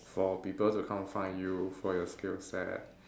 for people to come and find you for your skill set